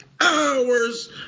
hours